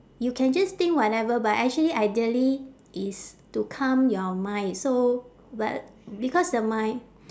you can just think whatever but actually ideally is to calm your mind so but because the mind